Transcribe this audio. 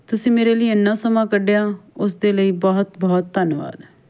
ਤੁਸੀਂ ਮੇਰੇ ਲਈ ਇੰਨਾ ਸਮਾਂ ਕੱਢਿਆ ਉਸ ਦੇ ਲਈ ਬਹੁਤ ਬਹੁਤ ਧੰਨਵਾਦ